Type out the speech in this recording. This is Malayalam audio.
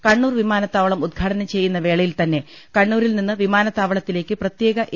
കണ്ണൂർ വിമാനത്താവളം ഉദ്ഘാടനം ചെയ്യു ന്ന വേളയിൽ തന്നെ കണ്ണൂരിൽ നിന്ന് വിമനാത്താവളത്തിലേ ക്ക് പ്രത്യേക എ